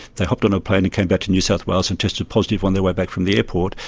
they hopped on a plane and came back to new south wales and tested positive on their way back from the airport,